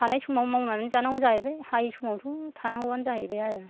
हानाय समाव मावनानै जानांगौ जाहैबाय हायै समावथ' थानांगौआनो जाहैबाय आरो